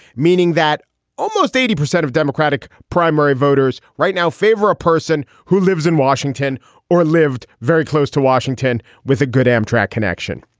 meaning that almost eighty percent of democratic primary voters right now favor a person who lives in washington or lived very close to washington with a good amtrack connection.